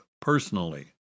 personally